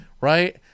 right